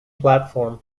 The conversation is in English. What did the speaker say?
platform